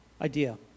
idea